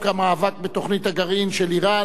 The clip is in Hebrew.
התשע"ב 2012, נתקבל.